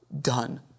done